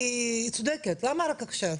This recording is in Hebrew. היא צודקת, למה רק עכשיו?